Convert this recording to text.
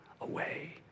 away